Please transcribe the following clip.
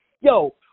Yo